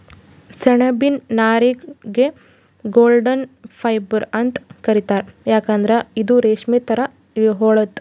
ಸೆಣಬಿನ್ ನಾರಿಗ್ the golden fibre ಅಂತ್ ಕರಿತಾರ್ ಯಾಕಂದ್ರ್ ಇದು ರೇಶ್ಮಿ ಥರಾ ಹೊಳಿತದ್